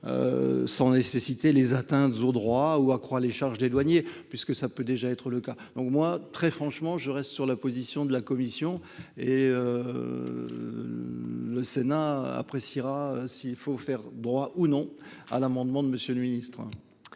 Sans nécessité, les atteintes aux droits ou accroît les charges des douaniers puisque ça peut déjà être le cas. Donc, moi, très franchement, je reste sur la position de la Commission et. Le Sénat appréciera. S'il faut faire droit ou non à l'amendement de Monsieur le Ministre.